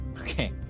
Okay